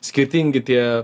skirtingi tie